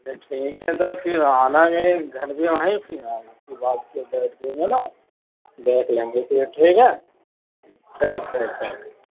پھر ٹھیک ہے تو پھر آنا میرے گھر پہ وہیں پھر اس کے بعد پھر بات کرتے ہیں بیٹھ کے جو ہے نا دیکھ لیں گے پھر ٹھیک ہے ٹھیک ٹھیک ٹھیک